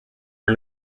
are